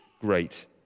great